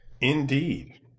Indeed